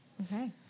Okay